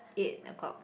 eight o-clock